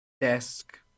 desk